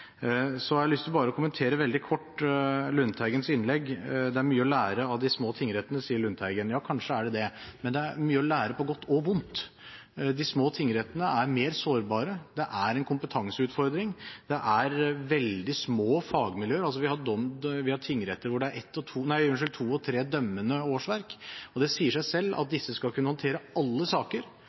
har lyst til bare å kommentere Lundteigens innlegg kort. «Det er så mye å lære av små tingretter», sier Lundteigen. Ja, det er kanskje det, men det er mye å lære på godt og vondt. De små tingrettene er mer sårbare, det er en kompetanseutfordring, og det er veldig små fagmiljøer. Vi har tingretter hvor det er to og tre dømmende årsverk, og det sier seg selv at disse skal kunne håndtere alle saker